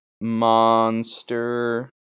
Monster